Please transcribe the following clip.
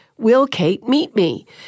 WillKateMeetMe